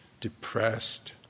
depressed